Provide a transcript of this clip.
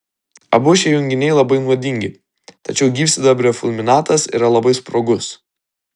abu šie junginiai labai nuodingi tačiau gyvsidabrio fulminatas yra labai sprogus